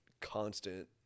constant